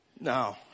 No